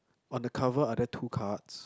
on the cover are there two cards